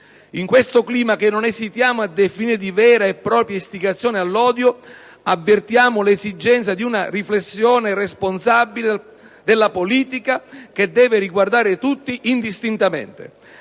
In questo clima, che non esitiamo a definire di vera e propria istigazione all'odio, avvertiamo l'esigenza di una responsabile riflessione della politica che deve riguardare tutti, indistintamente.